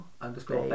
underscore